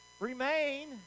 Remain